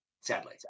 sadly